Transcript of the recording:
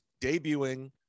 debuting